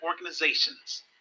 organizations